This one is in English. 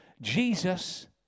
Jesus